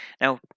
Now